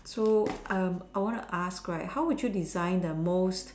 so um I want to ask right how would you design the most